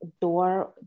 door